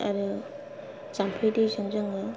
आरो जाम्फै दैजों जोङो